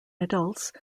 adults